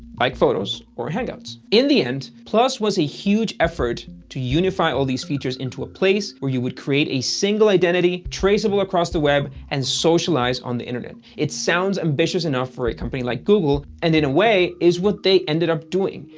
like photos or hangouts. in the end, plus was a huge effort to unify all these features into a place where you would create a single identity traceable across the web and socialize on the internet. it sounds ambitious enough for a company like google, and in a way, is what they ended up doing,